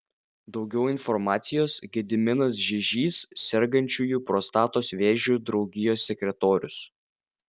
daugiau informacijos gediminas žižys sergančiųjų prostatos vėžiu draugijos sekretorius